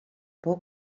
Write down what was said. pou